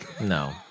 No